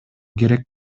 керек